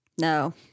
No